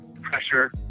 pressure